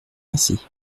merci